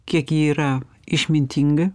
kiek ji yra išmintinga